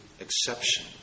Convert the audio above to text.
exception